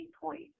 point